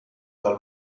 dal